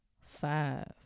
five